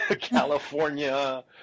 California